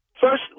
first